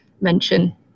mention